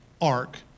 ark